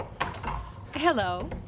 Hello